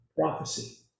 prophecy